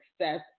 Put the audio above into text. success